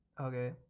Okay